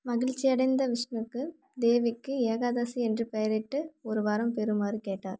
மகிழ்ச்சி அடைந்த விஷ்ணுக்கு தேவிக்கு ஏகாதசி என்று பெயரிட்டு ஒரு வரம் பெறுமாறு கேட்டார்